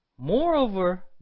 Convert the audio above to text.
Moreover